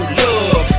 love